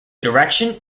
direction